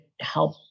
help